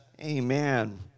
Amen